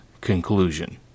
conclusion